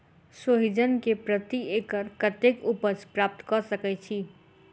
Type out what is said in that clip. सोहिजन केँ प्रति एकड़ कतेक उपज प्राप्त कऽ सकै छी?